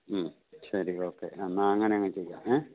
മ്മ് ശരി ഓക്കെ എന്നാൽ അങ്ങനങ്ങ് ചെയ്യാം ഏ